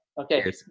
okay